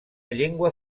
llengua